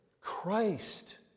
christ